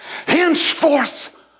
Henceforth